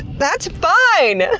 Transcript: that's fine!